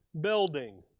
building